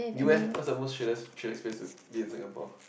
you eh what's the most chillest chillax place to be in Singapore